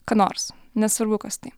ką nors nesvarbu kas tai